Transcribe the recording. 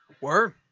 Word